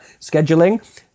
scheduling